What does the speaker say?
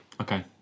Okay